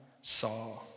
saw